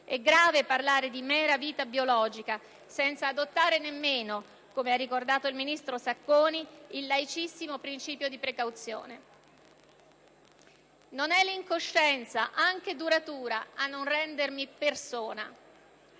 È grave parlare di «mera vita biologica», senza adottare nemmeno, come ha ricordato il ministro Sacconi, il laicissimo principio di precauzione. Non è l'incoscienza, anche duratura, a non rendermi persona.